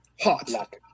Hot